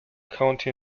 county